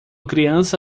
criança